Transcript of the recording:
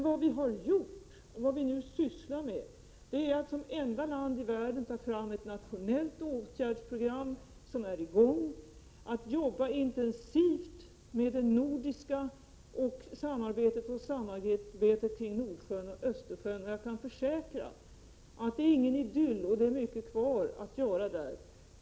Vad vi nu sysslar med är att som enda nation i världen ta fram ett nationellt åtgärdsprogram. Detta program är i gång. Vi har ett intensivt nordiskt samarbete när det gäller Nordsjön och Östersjön. Jag kan försäkra att det inte rör sig om någon idyll. Det är mycket kvar att göra.